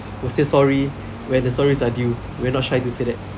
will say sorry when the sorries are due we're not shy to say that